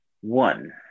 One